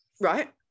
Right